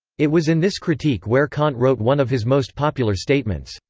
it was in this critique where kant wrote one of his most popular statements,